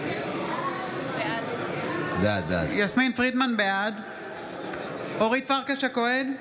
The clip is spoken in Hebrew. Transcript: בעד אורית פרקש הכהן,